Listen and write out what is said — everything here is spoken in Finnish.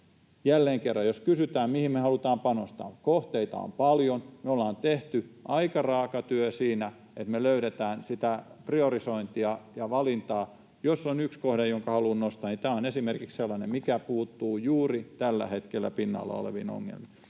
Jos kysytään, mihin me halutaan panostaa, niin kohteita on paljon, me ollaan tehty aika raaka työ siinä, että me löydetään sitä priorisointia ja valintaa. Jos on yksi kohde, jonka haluan nostaa, niin tämä on esimerkiksi sellainen, mikä puuttuu juuri tällä hetkellä pinnalla oleviin ongelmiin.